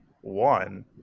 one